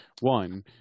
one